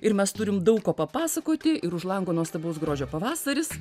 ir mes turim daug ko papasakoti ir už lango nuostabaus grožio pavasaris